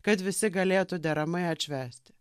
kad visi galėtų deramai atšvęsti